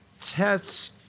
tests